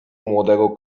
młodego